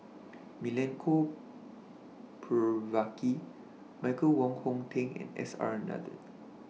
Milenko Prvacki Michael Wong Hong Teng and S R Nathan